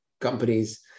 companies